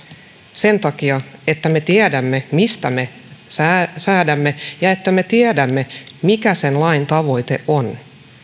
sen takia että me tiedämme mistä me säädämme ja että me tiedämme mikä sen lain tavoite on